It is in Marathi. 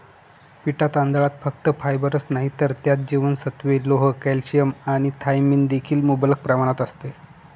पिटा तांदळात फक्त फायबरच नाही तर त्यात जीवनसत्त्वे, लोह, कॅल्शियम आणि थायमिन देखील मुबलक प्रमाणात असते